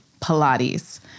Pilates